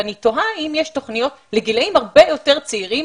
אני תוהה אם יש תוכניות לגילים הרבה יותר צעירים